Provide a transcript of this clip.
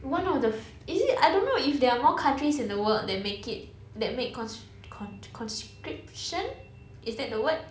one of the f~ is it I don't know if there are more countries in the world that make it that make cons~ cont~ conscription is that the word